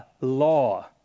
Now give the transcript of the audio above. law